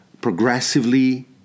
progressively